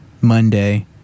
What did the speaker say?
Monday